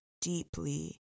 deeply